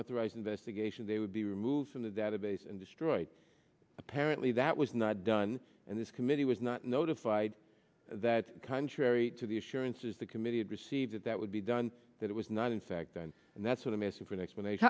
authorized investigation they would be removed from the database and destroyed apparently that was not done and this committee was not notified that contrary to the assurances the committee had received that that would be done that it was not in fact done and that's what i'm asking for an explanation